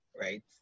right